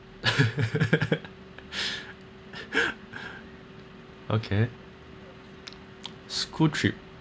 okay school trip